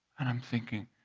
and i'm thinking,